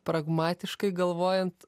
pragmatiškai galvojant